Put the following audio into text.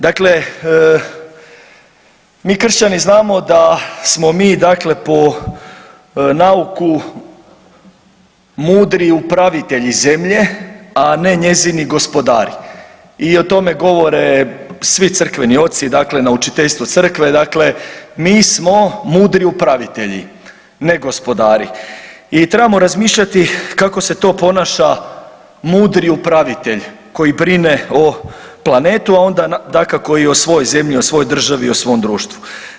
Dakle, mi kršćani znamo da smo mi dakle po nauku mudri upravitelji zemlje, a ne njezini gospodari i o tome govore svi crkveni oci, dakle naučiteljstvo crkve, dakle mi smo mudri upravitelji, ne gospodari i trebamo razmišljati kako se to ponaša mudri upravitelj koji brine o planetu, a onda dakako i o svojoj zemlji, o svojoj državi i o svom društvu.